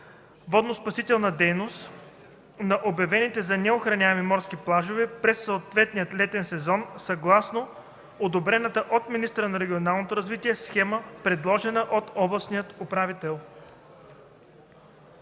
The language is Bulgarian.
водно-спасителна дейност на обявените за неохраняеми морски плажове през съответния летен сезон съгласно одобрена от министъра на регионалното развитие схема, предложена от областния управител”.”